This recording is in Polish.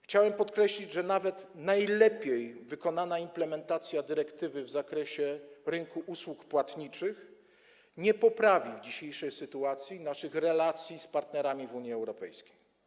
Chciałem podkreślić, że nawet najlepiej wykonana implementacja dyrektywy w zakresie rynku usług płatniczych nie poprawi w dzisiejszej sytuacji naszych relacji z partnerami w Unii Europejskiej.